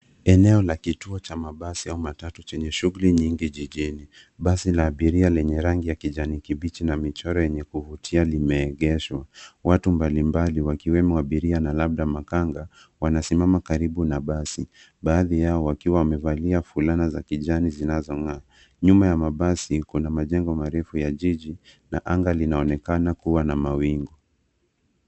Eneo la kituo cha mabasi ya matatu chenye shughuli nyingi jijini, basi na abiria lenye rangi ya kijani kibichi na michoro yenye kuvutia limeegeshwa, watu mbalimbali wakiwemo wa abiria na labda makanga wanasimama karibu na basi baadhi yao wakiwa wamevalia fulana za kijani zinazong'aa ,nyuma ya mabasi kuna majengo marefu ya jiji na anga linaonekana kuwa na mawingu.